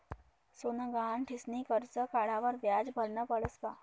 सोनं गहाण ठीसनी करजं काढावर व्याज भरनं पडस का?